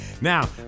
Now